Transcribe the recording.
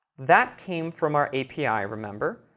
that came from our api, remember.